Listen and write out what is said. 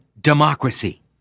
democracy